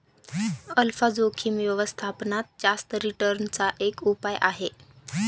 alpha जोखिम व्यवस्थापनात जास्त रिटर्न चा एक उपाय आहे